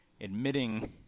admitting